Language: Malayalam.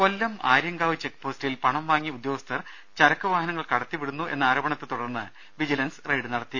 കൊല്ലം ആര്യങ്കാവ് ചെക്ക് പോസ്റ്റിൽ പണം വാങ്ങി ഉദ്യോഗസ്ഥർ ചരക്ക്വാഹനങ്ങൾ കടത്തിവിടുന്നു എന്ന ആരോപണത്തെ തുടർന്ന് വിജിലൻസ് റെയ്ഡ് നടത്തി